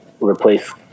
replace